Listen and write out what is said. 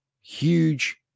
huge